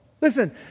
Listen